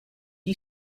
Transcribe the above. you